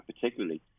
particularly